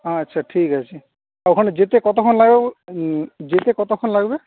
আচ্ছা ঠিক আছে ওখানে যেতে কতক্ষণ লাগবে যেতে কতক্ষণ লাগবে